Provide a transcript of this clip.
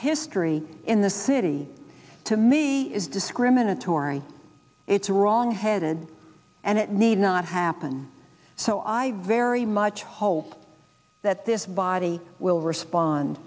history in the city to me is discriminatory it's wrong headed and it may not happen so i very much hope that this body will respond